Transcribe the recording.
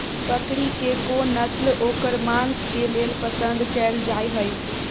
बकरी के कोन नस्ल ओकर मांस के लेल पसंद कैल जाय हय?